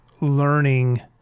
learning